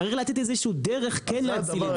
צריך לתת איזשהו דרך כן להציל את זה.